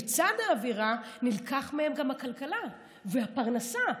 ובצד האווירה נלקחה מהם גם הכלכלה והפרנסה,